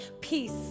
peace